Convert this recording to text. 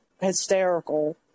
hysterical